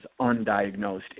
undiagnosed